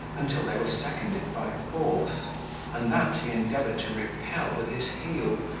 until they were seconded by force and that he endeavoured to repeal with his heel,